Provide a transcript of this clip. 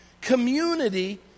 Community